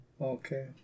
Okay